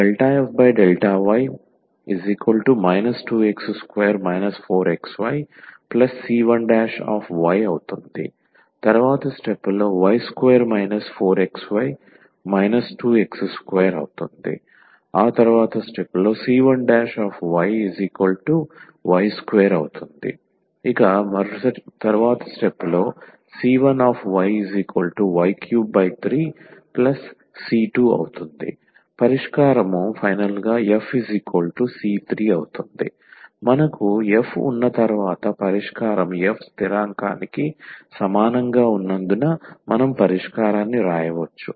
𝑦 ∂f∂y 2x2 4xyc1y y2 4xy 2x2 ⟹c1yy2 ⟹c1yy33c2 పరిష్కారం fc3 మనకు f ఉన్న తర్వాత పరిష్కారం f స్థిరాంకానికి సమానంగా ఉన్నందున మనం పరిష్కారాన్ని వ్రాయవచ్చు